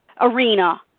arena